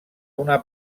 una